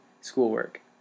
schoolwork